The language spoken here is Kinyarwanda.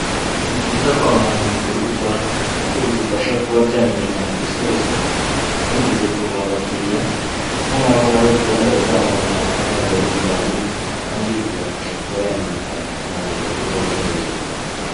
Ni byiza kwamamaza ibikorwa ukora kuko bigufasha kuba byamenyekana ku isi hose kandi bigakurura abakiliya kuko nk'aba ngaba uri kubona, bari kwamamaza kampani yabo ya yundayi kandi ibafasha kuba yamenyekana ikanagurwa ku rwego rwo hejuru.